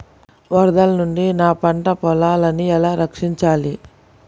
వరదల నుండి నా పంట పొలాలని ఎలా రక్షించాలి?